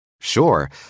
Sure